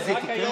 אני חושב שכן.